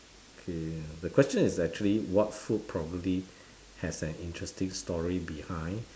okay the question is actually what food probably has an interesting story behind